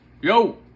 Yo